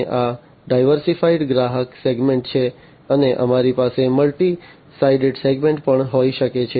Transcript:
અને આ ડાઇવર્સિફાઇડ ગ્રાહક સેગમેન્ટ છે અને અમારી પાસે મલ્ટી સાઇડેડ સેગમેન્ટ પણ હોઈ શકે છે